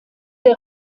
der